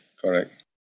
correct